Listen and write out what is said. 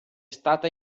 stata